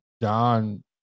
Don